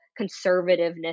conservativeness